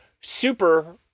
Super